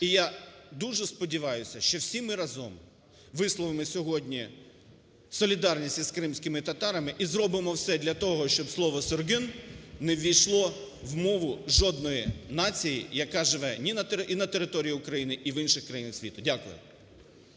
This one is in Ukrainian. І я дуже сподіваюся, що всі ми разом висловимо сьогодні солідарність із кримськими татарами і зробимо все для того, щоб слово "сюрген" не ввійшло в мову жодної нації, яка живе і на території України, і в інших країнах світу. Дякую.